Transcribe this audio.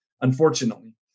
unfortunately